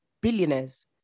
billionaires